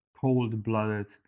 cold-blooded